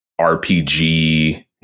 RPG